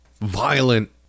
violent